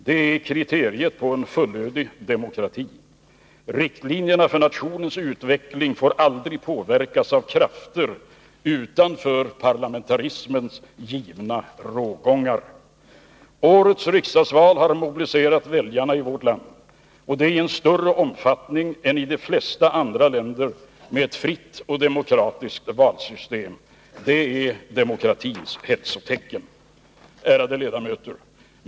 Det är kriteriet på en fullödig demokrati. Riktlinjerna för nationens utveckling får aldrig påverkas av krafter utanför parlamentarismens givna rågångar. Årets riksdagsval har mobiliserat väljarna i vårt land i större omfattning än i de flesta andra länder med fritt och demokratiskt valsystem. Det är ett demokratins hälsotecken. Ärade ledamöter!